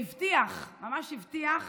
והבטיח, ממש הבטיח,